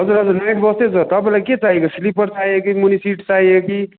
हजुर हजुर नाइट बसै छ तपाईँलाई के चाहिएको स्लिपर चाहियो कि मुनि सिट चाहियो कि